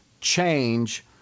change